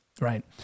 Right